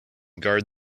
guard